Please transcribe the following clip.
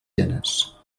hienes